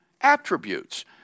attributes